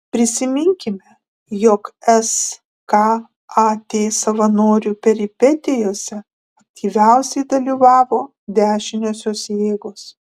prisiminkime jog skat savanorių peripetijose aktyviausiai dalyvavo dešiniosios jėgos